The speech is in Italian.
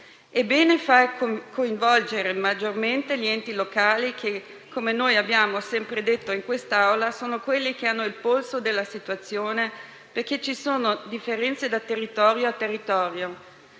È bene coinvolgere maggiormente gli enti locali che, come abbiamo sempre detto in quest'Aula, sono quelli che hanno il polso della situazione, perché ci sono differenze da territorio a territorio.